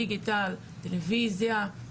דיגיטל טלוויזיה.